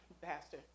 pastor